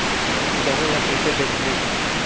गहूं ला कइसे बेचबो?